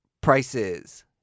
prices